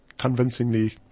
convincingly